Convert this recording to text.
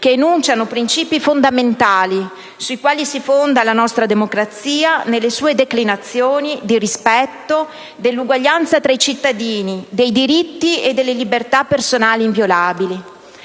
che enunciano i principi fondamentali sui quali si fonda la nostra democrazia nelle sue declinazioni di rispetto dell'uguaglianza tra i cittadini, dei diritti e delle libertà personali inviolabili.